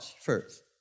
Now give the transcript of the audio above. first